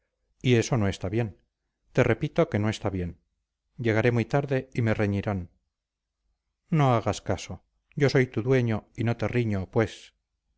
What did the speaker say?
y eso no está bien te repito que no está bien llegaré muy tarde y me reñirán no hagas caso yo soy tu dueño y no te riño pues